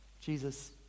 Jesus